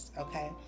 okay